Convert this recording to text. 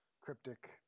cryptic